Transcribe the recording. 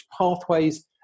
pathways